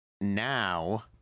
Now